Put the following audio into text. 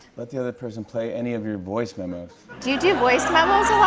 let the other person play any of your voice memos. do you do voice memos